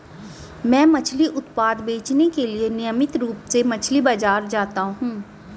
मैं मछली उत्पाद बेचने के लिए नियमित रूप से मछली बाजार जाता हूं